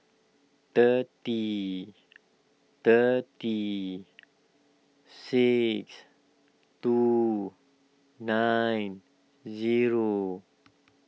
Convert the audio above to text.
thirty thirty six two nine zero